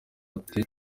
ate